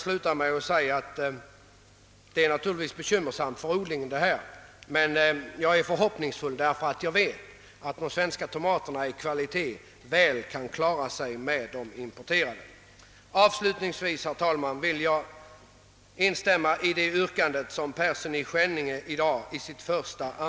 Detta är naturligtvis bekymmersamt för odlarna, men jag är trots allt förhoppningsfull därför att jag vet att de svenska tomaterna i kvalitet och smak väl kan tävla med de importerade. Avslutningsvis vill jag, herr talman, instämma i det yrkande som herr Persson i Skänninge gjorde i dag i sitt första